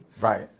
Right